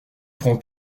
prends